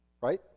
right